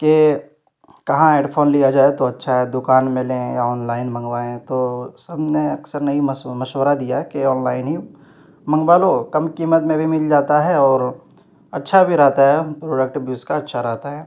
کہ کہاں headphone لیا جائے تو اچّھا ہے دوکان میں لیں یا آن لائن منگوائیں تو سب نے اکثر نے یہ مشورہ دیا کہ آن لائن ہی منگوا لو کم قیمت میں بھی مل جاتا ہے اور اچّھا بھی رہتا ہے ریٹ بھی اس کا اچّھا رہتا ہے